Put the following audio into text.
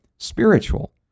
spiritual